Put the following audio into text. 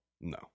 No